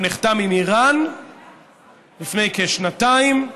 שנחתם עם איראן לפני כשנתיים,